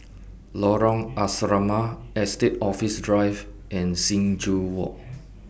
Lorong Asrama Estate Office Drive and Sing Joo Walk